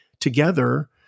together